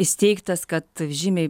įsteigtas kad žymiai